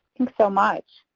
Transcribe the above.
so much.